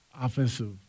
offensive